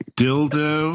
dildo